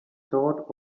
thought